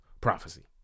prophecy